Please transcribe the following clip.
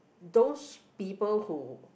those people who